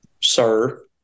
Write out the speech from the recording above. sir